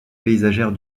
paysagère